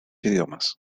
idiomas